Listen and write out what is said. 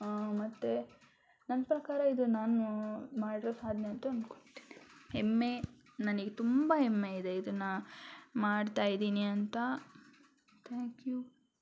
ಮತ್ತೆ ನನ್ನ ಪ್ರಕಾರ ಇದು ನಾನು ಮಾಡಿರೋ ಸಾಧನೆ ಅಂತ ಅಂದ್ಕೊತೀನಿ ಹೆಮ್ಮೆ ನನಗೆ ತುಂಬ ಹೆಮ್ಮೆ ಇದೆ ಇದನ್ನು ಮಾಡ್ತಾ ಇದ್ದೀನಿ ಅಂತ ಥ್ಯಾಂಕ್ ಯು